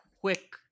quick